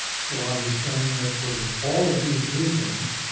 so i was saying that for all of these reasons,